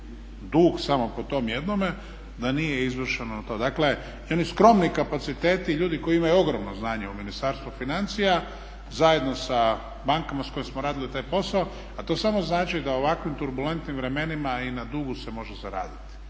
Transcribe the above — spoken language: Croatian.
dug samo po tom jednome da nije izvršeno to. Dakle, i oni skromni kapaciteti i ljudi koji imaju ogromno znanje u Ministarstvu financija zajedno sa bankama s kojima smo radili taj posao, a to samo znači da u ovakvim turbulentnim vremenima i na dugu se može zaraditi.